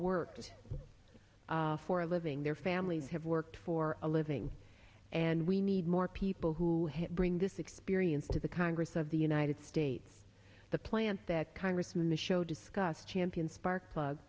worked for a living their families have worked for a living and we need more people who bring this experience to the congress of the united states the plants that congress michaud discuss champion spark plug